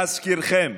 להזכירכם,